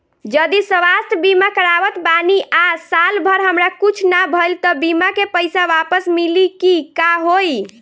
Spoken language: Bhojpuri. जदि स्वास्थ्य बीमा करावत बानी आ साल भर हमरा कुछ ना भइल त बीमा के पईसा वापस मिली की का होई?